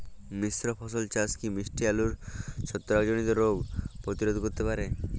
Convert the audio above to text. মিশ্র ফসল চাষ কি মিষ্টি আলুর ছত্রাকজনিত রোগ প্রতিরোধ করতে পারে?